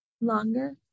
Longer